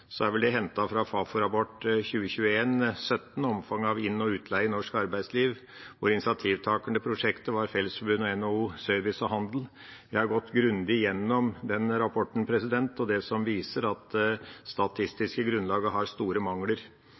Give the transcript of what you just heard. det hentet fra Fafo-notat 2021: 17, Omfanget av inn- og utleie i norsk arbeidsliv. Initiativtakerne til prosjektet var Fellesforbundet og NHO Service og Handel. Jeg har gått grundig gjennom den rapporten og det som viser at det statistiske grunnlaget har store mangler.